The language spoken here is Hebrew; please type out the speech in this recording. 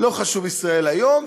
לא חשוב "ישראל היום",